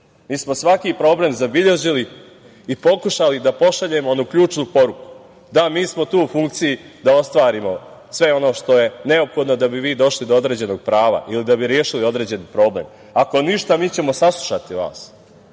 Mi smo svaki problem zabeležili i pokušali da pošaljemo onu ključnu poruku – da, mi smo tu u funkciji da ostvarimo sve ono što je neophodno da bi vi došli do određenog prava ili da bi rešili određen problem. Ako ništa, mi ćemo saslušati vas.